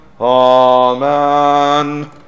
Amen